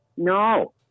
No